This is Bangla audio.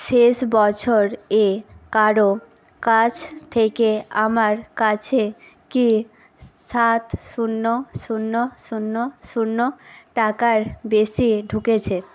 শেষ বছর এ কারো কাছ থেকে আমার কাছে কি সাত শূন্য শূন্য শূন্য শূন্য টাকার বেশি ঢুকেছে